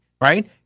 Right